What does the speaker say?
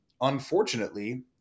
Unfortunately